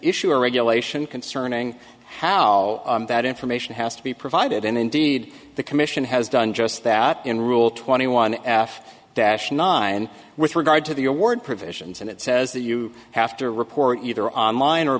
issue a regulation concerning how that information has to be provided and indeed the commission has done just that in rule twenty one af dash nine with regard to the award provisions and it says that you have to report either online or